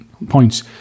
Points